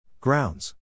Grounds